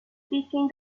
speaking